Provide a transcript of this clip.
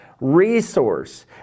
resource